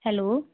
hello